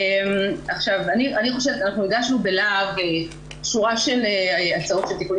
אנחנו הגשנו בלהב שורה של הצעות של תיקוני